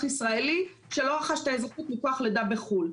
ישראלי שלא רכש את האזרחות מכוח לידה בחו"ל.